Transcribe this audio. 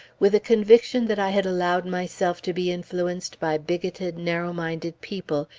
with a conviction that i had allowed myself to be influenced by bigoted, narrow-minded people,